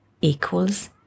equals